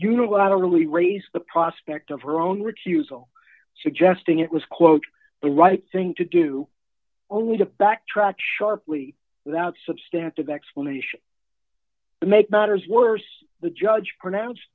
unilaterally raised the prospect of her own recusal suggesting it was quote the right thing to do only to backtrack sharply without such stacked of explanation to make matters worse the judge pronounced